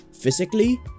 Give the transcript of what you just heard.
physically